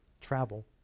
travel